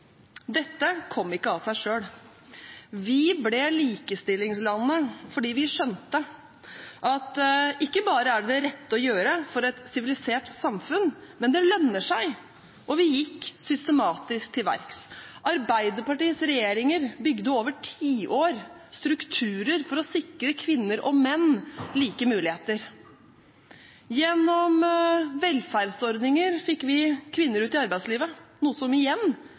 Dette kom ikke av seg selv. Vi ble likestillingslandet fordi vi skjønte at ikke bare er det det rette å gjøre for et sivilisert samfunn, men det lønner seg. Og vi gikk systematisk til verks. Arbeiderpartiets regjeringer bygde over tiår strukturer for å sikre kvinner og menn like muligheter. Gjennom velferdsordninger fikk vi kvinner ut i arbeidslivet, noe som igjen